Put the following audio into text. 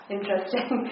Interesting